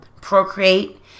procreate